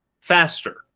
faster